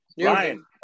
ryan